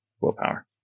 willpower